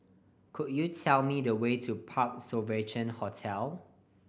could you tell me the way to Parc Sovereign Hotel